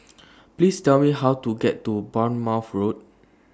Please Tell Me How to get to Bournemouth Road